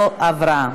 לא התקבלה.